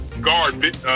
guard